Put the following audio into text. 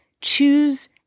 choose